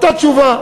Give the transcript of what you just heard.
אותה תשובה.